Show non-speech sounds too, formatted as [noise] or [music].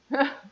[laughs]